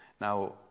Now